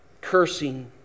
Cursing